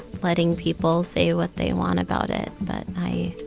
letting people say what they want about it, but i